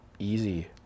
easy